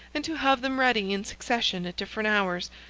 and to have them ready in succession at different hours,